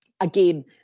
Again